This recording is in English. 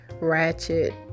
ratchet